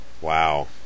Wow